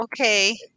Okay